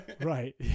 Right